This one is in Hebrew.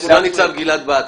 סגן ניצב גלעד בהט,